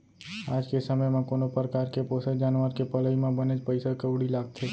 आज के समे म कोनो परकार के पोसे जानवर के पलई म बनेच पइसा कउड़ी लागथे